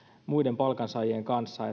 muiden palkansaajien kanssa